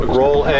roll